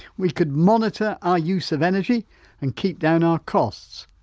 we could monitor our use of energy and keep down our costs.